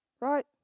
right